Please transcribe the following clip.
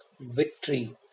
victory